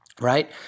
right